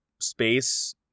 space